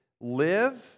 live